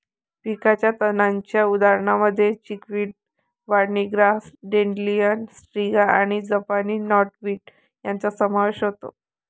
पिकाच्या तणांच्या उदाहरणांमध्ये chickweed, barney grass, dandelion, striga आणि जपानी नॉटवीड यांचा समावेश होतो